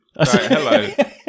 Hello